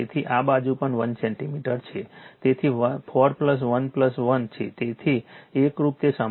તેથી આ બાજુ પણ 1 સેન્ટિમીટર છે તેથી 4 1 1 છે તેથી એકરૂપ તે સમાન છે